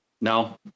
No